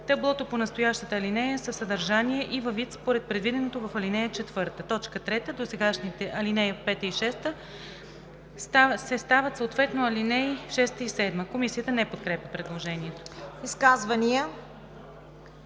Таблото по настоящата алинея е със съдържание и във вид според предвиденото в ал. 4.“ 3. Досегашните ал. 5 и 6 стават съответно ал. 6 и 7.“ Комисията не подкрепя предложението. ПРЕДСЕДАТЕЛ